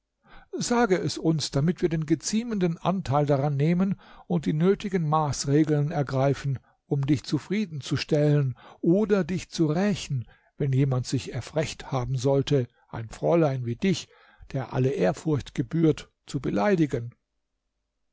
sage es uns damit wir den geziemenden anteil daran nehmen und die nötigen maßregeln ergreifen um dich zufrieden zu stellen oder dich zu rächen wenn jemand sich erfrecht haben sollte ein fräulein wie dich der alle ehrfurcht gebührt zu beleidigen